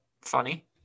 funny